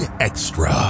Extra